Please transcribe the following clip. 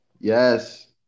Yes